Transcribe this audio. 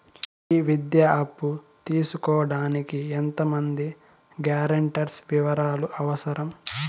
ఈ విద్యా అప్పు తీసుకోడానికి ఎంత మంది గ్యారంటర్స్ వివరాలు అవసరం?